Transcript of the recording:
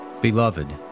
beloved